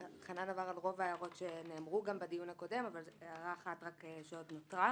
חנן עבר על רוב ההערות שנאמרו כבר בדיון הקודם רק הערה אחת עוד נותרה,